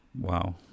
Wow